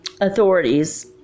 authorities